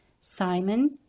Simon